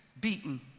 beaten